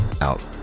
out